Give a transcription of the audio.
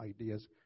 ideas